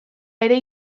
ere